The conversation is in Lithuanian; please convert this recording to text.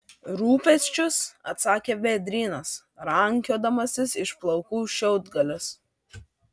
rūpesčius atsakė vėdrynas rankiodamasis iš plaukų šiaudgalius